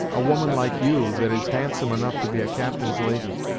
a woman like you, that is handsome enough to be a captain's lady,